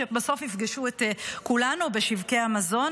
שבסוף יפגשו את כולנו בשוקי המזון,